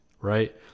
right